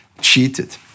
cheated